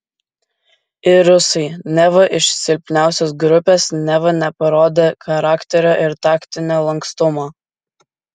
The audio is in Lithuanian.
ir rusai neva iš silpniausios grupės neva neparodę charakterio ir taktinio lankstumo